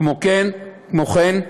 כמו כן,